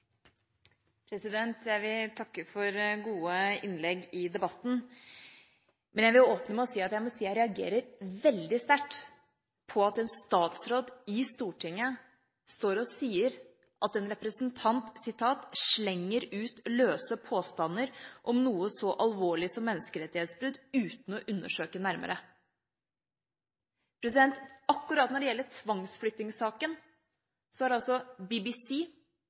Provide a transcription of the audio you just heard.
Jeg vil takke for gode innlegg i debatten, men jeg vil åpne med å si at jeg reagerer veldig sterkt på at en statsråd i Stortinget står og sier at en representant slenger ut «løse påstander om noe så alvorlig som menneskerettighetsovergrep uten grundig å undersøke dem». Akkurat når det gjelder tvangsflyttingssaken, er altså